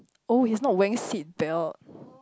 oh he's not wearing seat belt